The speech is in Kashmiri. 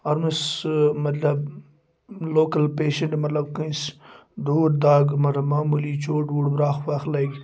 آرمَس سہٕ مطلب لوکَل پیشنٛٹ مطلب کٲنٛسہِ دوٗر داغ مطلب معموٗلی چوٹ ووٹ برٛکھ وکھ لَگہِ